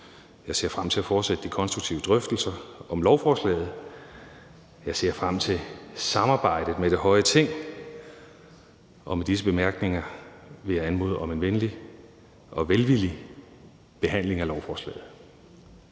Jeg ser frem til at fortsætte de konstruktive drøftelser om lovforslaget, og jeg ser frem til samarbejdet med det høje Ting. Og med disse bemærkninger vil jeg anmode om en venlig og velvillig behandling af lovforslaget.